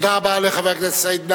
תודה לחבר הכנסת סעיד נפאע.